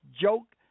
joke